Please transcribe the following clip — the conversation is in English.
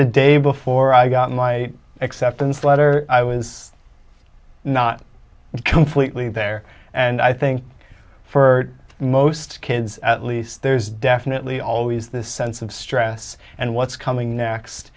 the day before i got my acceptance letter i was not completely there and i think for most kids at least there's definitely always this sense of stress and what's coming next